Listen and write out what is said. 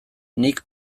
nik